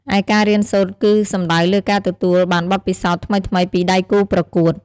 ឯការរៀនសូត្រគឺសំដៅលើការទទួលបានបទពិសោធន៍ថ្មីៗពីដៃគូប្រកួត។